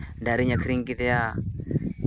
ᱰᱟᱝᱨᱤᱧ ᱟᱠᱷᱨᱤᱧ ᱠᱮᱫᱮᱭᱟ